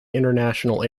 international